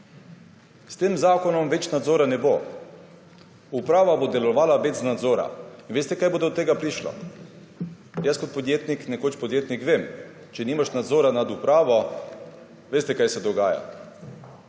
S tem zakonom več nadzora ne bo. Uprava bo delovala brez nadzora. Veste, do česa bo prišlo? Jaz kot nekoč podjetnik vem, če nimaš nadzora nad upravo − veste, kaj se dogaja?